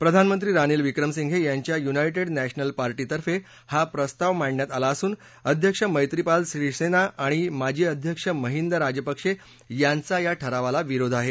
प्रधाननंत्री रानिल विक्रमसिंघे यांच्या united national पार्टीतर्फे हा प्रस्ताव मांडण्यात आला असून अध्यक्ष मैत्रीपाल श्रीसेना आणि माजी अध्यक्ष महिद राजपक्षे यांचा या ठरावाला विरोध आहे